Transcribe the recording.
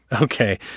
Okay